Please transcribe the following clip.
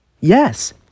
Yes